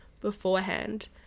beforehand